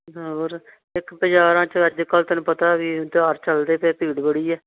ਹਾਂ ਹੋਰ ਇੱਕ ਬਾਜ਼ਾਰਾਂ 'ਚ ਅੱਜ ਕੱਲ੍ਹ ਤੈਨੂੰ ਪਤਾ ਵੀ ਤਿਉਹਾਰ ਚੱਲਦੇ ਪਏ ਭੀੜ ਬੜੀ ਹੈ